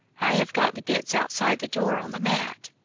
i have got the bits outside the door on the mat.